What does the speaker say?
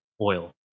oil